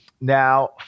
Now